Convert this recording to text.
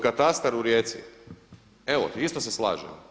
Katastar u Rijeci, evo isto se slažem.